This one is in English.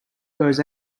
goes